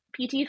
PT